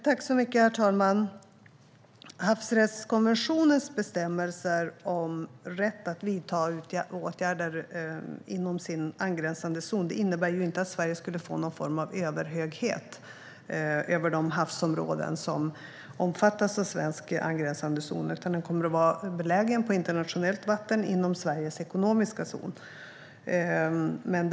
Herr talman! Havsrättskommissionens bestämmelser om rätt att vidta åtgärder inom sin angränsande zon innebär ju inte att Sverige skulle få någon form av överhöghet över de havsområden som omfattas av svensk angränsande zon. Den kommer att vara belägen på internationellt vatten inom Sveriges ekonomiska zon.